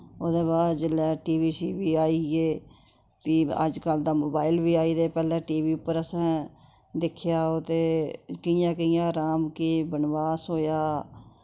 ओह्दे बाद जेल्लै टी वी शीवी आई गे फ्ही अज्जकल दा मोबाइल बी आई दे पैह्ले टी वी उप्पर असें दिखेया ओह् ते कियां कियां राम गे बनवास होया